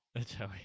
Joey